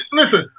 listen